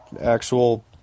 actual